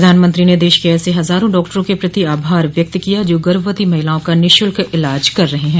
प्रधानमंत्री ने देश के ऐसे हजारों डॉक्टरों के प्रति आभार व्यरक्ति किया जो गर्भवती महिलाओं का निःशुल्क इलाज कर रहे हैं